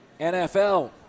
NFL